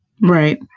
Right